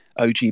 og